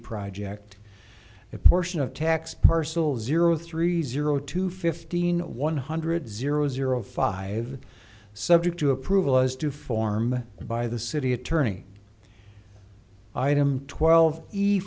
project a portion of tax parcel zero three zero two fifteen one hundred zero zero five subject to approval as to form by the city attorney item twelve